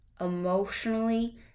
emotionally